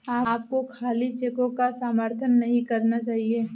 आपको खाली चेकों का समर्थन नहीं करना चाहिए